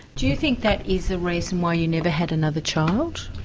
do you think that is the reason why you never had another child?